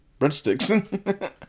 breadsticks